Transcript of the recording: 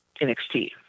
NXT